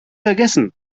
vergessen